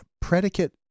predicate